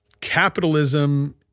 capitalism